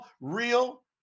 real